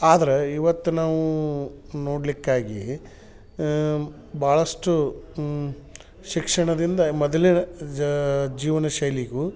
ಆದ್ರೆ ಇವತ್ತು ನಾವು ನೋಡಲಿಕ್ಕಾಗಿ ಬಹಳಷ್ಟು ಶಿಕ್ಷಣದಿಂದ ಮೊದಲಿನ ಜಾ ಜೀವನಶೈಲಿಗೂ